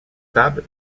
tables